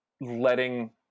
letting